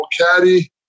caddy